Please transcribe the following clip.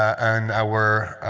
and our